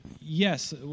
yes